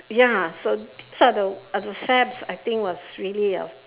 ya so these are the are the fads I think was really a